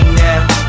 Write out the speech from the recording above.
now